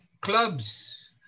clubs